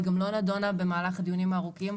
גם לא נדונה במהלך הדיונים הארוכים.